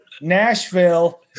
Nashville